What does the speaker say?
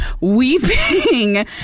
weeping